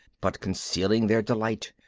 but, concealing their delight,